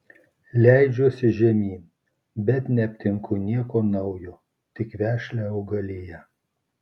leidžiuosi žemyn bet neaptinku nieko naujo tik vešlią augaliją